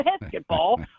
basketball